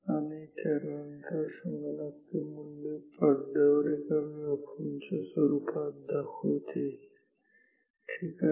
आणि त्यानंतर संगणक ते मूल्य पडद्यावर वर एका वेव्हफॉर्म च्या स्वरूपात दाखवते ठीक आहे